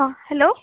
অঁ হেলৌ